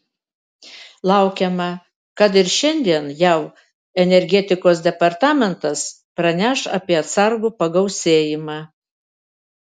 laukiama kad ir šiandien jav energetikos departamentas praneš apie atsargų pagausėjimą